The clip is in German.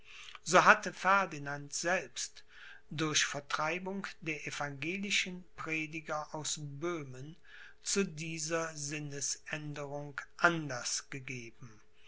so hatte ferdinand selbst durch vertreibung der evangelischen prediger aus böhmen zu dieser sinnesänderung anlaß gegeben